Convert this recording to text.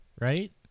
Right